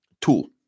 tool